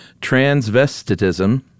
Transvestitism